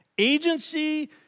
Agency